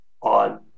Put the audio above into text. on